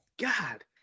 God